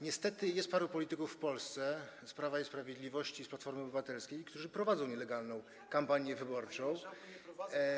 Niestety jest paru polityków w Polsce z Prawa i Sprawiedliwości i z Platformy Obywatelskiej, którzy prowadzą nielegalną kampanię wyborczą.